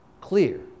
clear